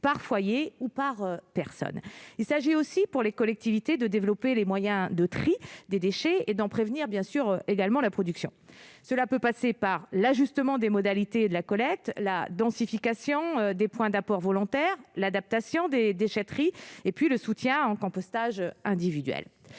par foyer ou par personne. Il s'agit aussi pour les collectivités de développer les moyens de tri des déchets et d'en prévenir la production. Cela peut passer par l'ajustement des modalités de la collecte, la densification des points d'apport volontaire, l'adaptation des déchetteries ou le soutien au compostage individuel.